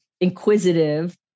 inquisitive